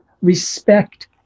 respect